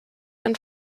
and